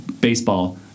baseball